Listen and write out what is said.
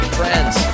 friends